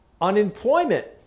unemployment